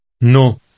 No